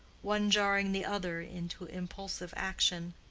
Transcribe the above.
one jarring the other into impulsive action.